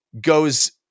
goes